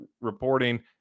reporting